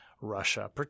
Russia